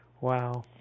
Wow